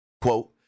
Quote